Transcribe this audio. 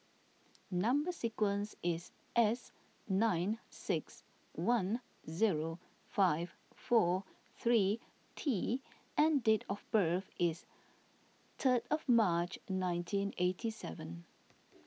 Number Sequence is S nine six one zero five four three T and date of birth is third of March nineteen eighty seven